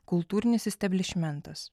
kultūrinis isteblišmentas